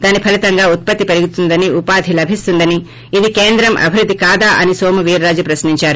దాని ఫలీతంగా ఉత్పత్తి పెరుగుతుందని ఉపాధి లభిస్తుందని ఇది కేంద్రం అభివృద్ది కాదా అని నోము వీరాజు ప్రశ్నించారు